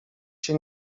się